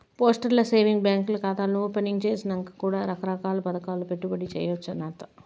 postal savings బాంకీల్ల కాతాను opening సేసినంక కూడా రకరకాల్ల పదకాల్ల పెట్టుబడి సేయచ్చంటగా